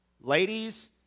Ladies